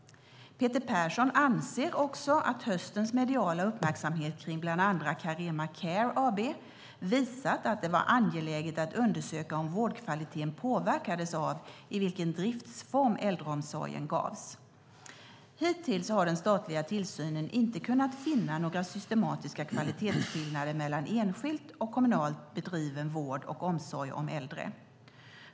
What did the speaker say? Peter Persson anser också att höstens mediala uppmärksamhet kring bland andra Carema Care AB visat att det var angeläget att undersöka om vårdkvaliteten påverkades av i vilken driftsform äldreomsorgen gavs. Hittills har den statliga tillsynen inte kunnat finna några systematiska kvalitetsskillnader mellan enskilt och kommunalt bedriven vård och omsorg om äldre.